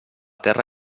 terra